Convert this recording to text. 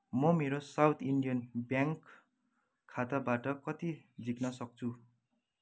म मेरो south Indian bank खाताबाट कति झिक्न सक्छु